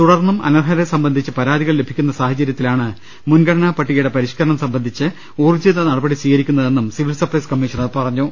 തുടർന്നും അനർഹരെ സംബന്ധിച്ച് പരാതികൾ ലഭിക്കുന്ന സാഹചരൃത്തിലാണ് മുൻഗണനാപട്ടികയുടെ പരിഷ്ക്കരണം സംബന്ധിച്ച് ഊർജ്ജിത നടപടി സ്വീക രിക്കുന്നതെന്നും സിവിൽ സപ്ലൈസ് കമ്മീഷണർ അറിയിച്ചു